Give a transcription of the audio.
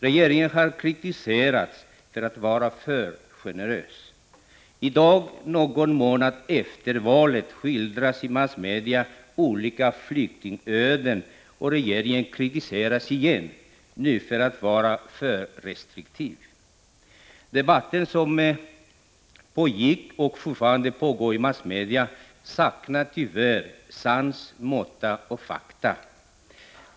Regeringen har kritiserats för att vara för generös. I dag, någon månad efter valet, skildras i massmedia olika flyktingöden, och regeringen kritiseras igen — nu för att vara för restriktiv. Debatten som pågick — och fortfarande pågår i massmedia — har tyvärr saknat sans, måtta och fakta.